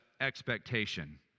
expectation